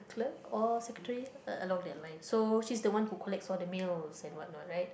clerk or secretary uh along that line so she's the one who collects all the mails and what not right